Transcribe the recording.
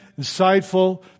insightful